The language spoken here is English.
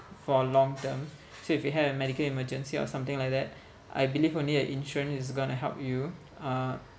for long term so if you had a medical emergency or something like that I believe only a insurance is gonna help you uh